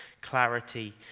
clarity